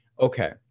Okay